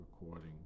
recording